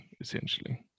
essentially